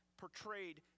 portrayed